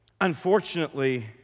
Unfortunately